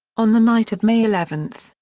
on the night of may eleven,